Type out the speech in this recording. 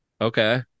Okay